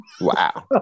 Wow